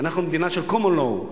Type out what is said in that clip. אנחנו מדינה של common law,